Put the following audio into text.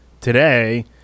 today